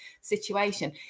situation